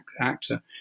actor –